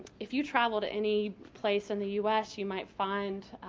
if you travel to any place in the u s. you might find